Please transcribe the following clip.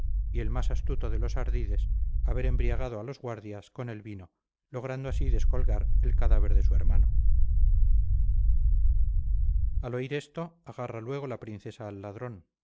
y el más astuto de los ardides haber embriagado a los guardias con el vino logrando así descolgar el cadáver de su hermano al oír esto agarra luego la princesa al ladrón